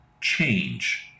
change